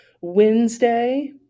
Wednesday